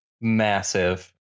Massive